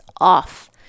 off